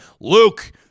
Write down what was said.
Luke